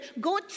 go